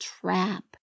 trap